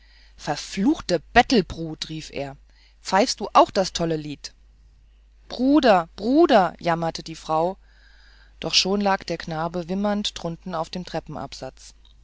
verfluchte bettelbrut rief er pfeifst du auch das tolle lied bruder bruder jammerte die frau doch schon lag der knabe wimmernd drunten auf dem treppenabsatz